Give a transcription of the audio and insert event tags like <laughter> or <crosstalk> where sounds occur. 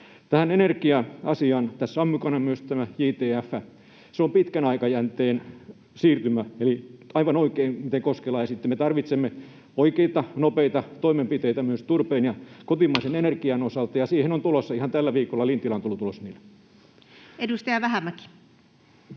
Tähän energia-asiaan: Tässä on mukana myös tämä JTF. Se on pitkän aikajänteen siirtymä, ja aivan oikein, miten Koskela esitti, että me tarvitsemme oikeita, nopeita toimenpiteitä myös turpeen ja kotimaisen energian <noise> osalta, ja ihan tällä viikolla Lintilä on tuonut niitä